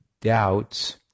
doubts